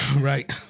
Right